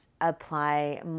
apply